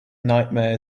nightmare